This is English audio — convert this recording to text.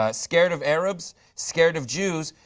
ah scared of arabs? scared of jews?